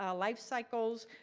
ah life cycles,